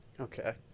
Okay